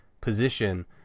position –